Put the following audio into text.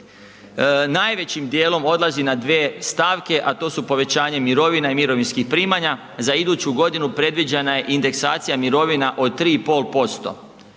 najvećim djelom odlazi na dvije stavke a to su povećanje mirovina i mirovinskih primanja, za iduću godinu predviđena je indeksacija mirovina od 3,5%.